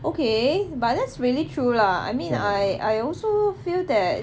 okay but that's really true lah I mean I I also feel that